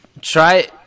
Try